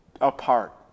apart